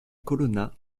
colonna